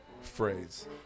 phrase